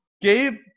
Gabe